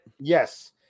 Yes